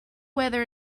weather